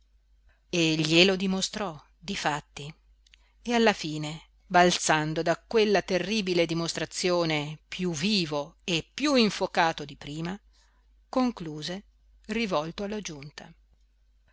e glielo dimostrò difatti e alla fine balzando da quella terribile dimostrazione piú vivo e piú infocato di prima concluse rivolto alla giunta